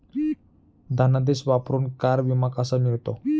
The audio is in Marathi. धनादेश वापरून कार विमा कसा मिळतो?